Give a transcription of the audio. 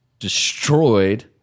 destroyed